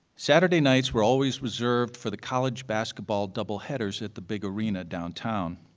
saturday nights were always reserved for the college basketball double headers at the big arena downtown.